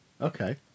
Okay